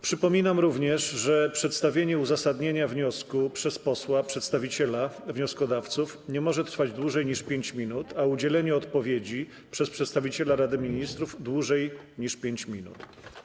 Przypominam również, że przedstawienie uzasadnienia wniosku przez posła przedstawiciela wnioskodawców nie może trwać dłużej niż 5 minut, a udzielenie odpowiedzi przez przedstawiciela Rady Ministrów - dłużej niż 5 minut.